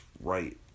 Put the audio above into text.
right